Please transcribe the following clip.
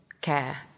care